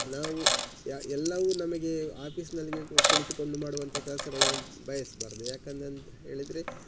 ನಾವು ಯ ಎಲ್ಲವೂ ನಮಗೆ ಆಫೀಸಿನಲ್ಲಿಯೇ ಕುಳಿತುಕೊಂಡು ಮಾಡುವಂತ ಕೆಲಸಗಳನ್ನ ಬಯಸಬಾರ್ದು ಯಾಕಂದಂದು ಹೇಳಿದರೆ